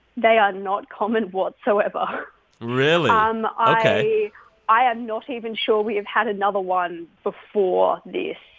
they are not common whatsoever really? um ok i am not even sure we have had another one before this.